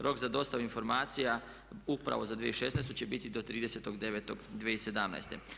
Rok za dostavu informacija upravo za 2016. će biti do 20.9.2017.